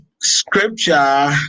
scripture